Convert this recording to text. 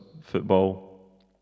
football